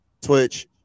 Twitch